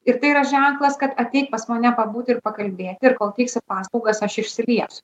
ir tai yra ženklas kad ateik pas mane pabūti ir pakalbėti ir kol teiksi paslaugas aš išsiliesiu